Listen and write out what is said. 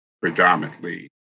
predominantly